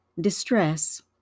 distress